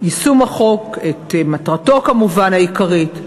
יישום החוק, את מטרתו העיקרית,